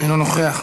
אינו נוכח,